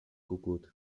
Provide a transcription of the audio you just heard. cut